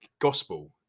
gospel